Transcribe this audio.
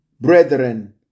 Brethren